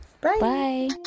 Bye